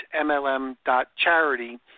MLM.charity